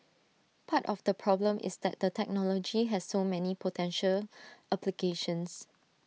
part of the problem is that the technology has so many potential applications